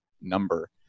number